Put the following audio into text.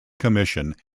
commission